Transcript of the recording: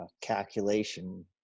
calculation